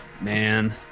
Man